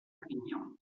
carignan